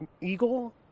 Eagle